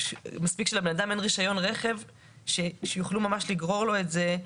ומספיק שלאדם אין רישיון רכב שיוכלו ממש לגרור את הרכב.